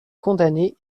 condamné